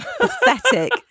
pathetic